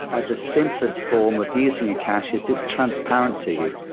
ah the simplest form of using a cache is it's transparent to you.